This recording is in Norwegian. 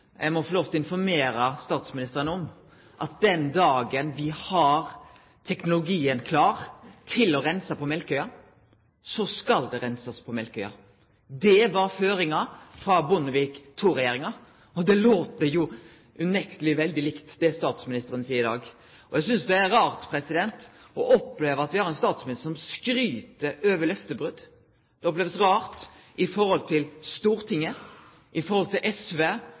må få lov til å informere statsministeren om at den dagen me har teknologien klar til å reinse på Melkøya, skal det reinsast på Melkøya. Det var føringa frå Bondevik II-regjeringa, og det læt unekteleg veldig likt det som statsministeren seier i dag. Eg synest det er rart å oppleve at me har ein statsminister som skryter av løftebrot. Det er rart i forhold til Stortinget, i forhold til SV,